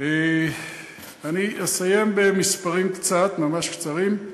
אני אסיים במספרים קצת, ממש קצרים,